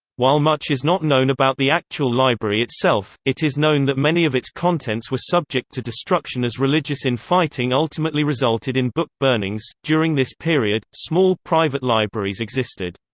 while much is not known about the actual library itself, it is known that many of its contents were subject to destruction as religious in-fighting ultimately resulted in book burnings during this period, small private libraries existed.